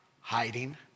Hiding